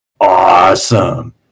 awesome